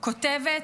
/ כותבת: